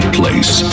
place